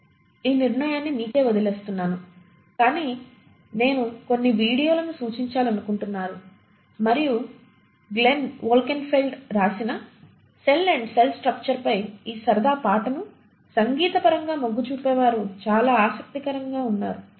ఆ నిర్ణయాన్ని మీకే వదిలేస్తున్నాను కాని నేను కొన్ని వీడియోలను సూచించాలనుకుంటున్నాను మరియు గ్లెన్ వోల్కెన్ఫెల్డ్ రాసిన సెల్ అండ్ సెల్ స్ట్రక్చర్పై ఈ సరదా పాటను సంగీతపరంగా మొగ్గు చూపే వారు చాలా ఆసక్తికరంగా ఉన్నారు చూడండి